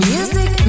Music